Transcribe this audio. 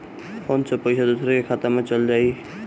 Phone से पईसा दूसरे के खाता में चल जाई?